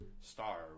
star